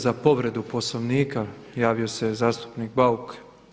Za povredu Poslovnika javio se zastupnik Bauk.